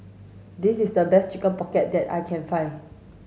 this is the best chicken pocket that I can find